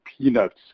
peanuts